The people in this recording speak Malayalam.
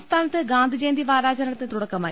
സംസ്ഥാനത്ത് ഗാന്ധിജയന്തി വാരാചരണത്തിന് തുടക്ക മായി